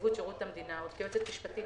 בנציבות שירות המדינה עוד כיועצת משפטית.